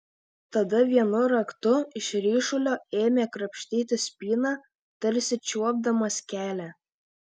tada vienu raktu iš ryšulio ėmė krapštyti spyną tarsi čiuopdamas kelią